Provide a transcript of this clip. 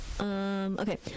okay